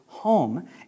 Home